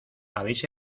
habéis